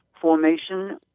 formation